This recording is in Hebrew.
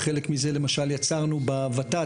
וחלק מזה למשל יצרנו בות"ת,